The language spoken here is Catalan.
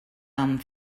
amb